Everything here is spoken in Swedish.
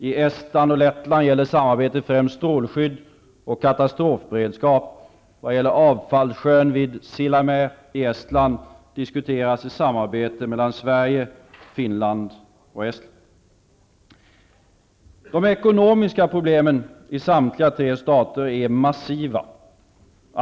I Estland och Lettland gäller samarbetet främst strålskydd och katastrofberedskap. Vad gäller avfallssjön vid Sillamäe i Estland diskuteras ett samarbete mellan De ekonomiska problemen i samtliga tre stater är massiva.